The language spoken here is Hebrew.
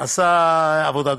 עשה עבודה גדולה.